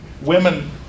women